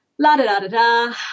la-da-da-da-da